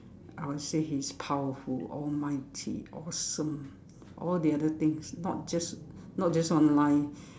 I'll say he's powerful almighty awesome all the other things not just not just one line